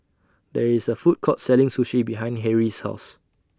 There IS A Food Court Selling Sushi behind Harrie's House